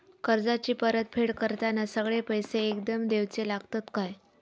कर्जाची परत फेड करताना सगळे पैसे एकदम देवचे लागतत काय?